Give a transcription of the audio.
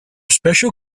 special